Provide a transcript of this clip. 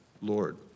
Lord